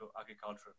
agriculture